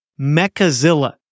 Mechazilla